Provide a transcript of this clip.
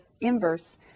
inverse